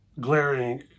glaring